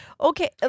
okay